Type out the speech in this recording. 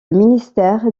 ministère